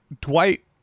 Dwight